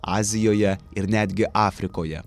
azijoje ir netgi afrikoje